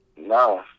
No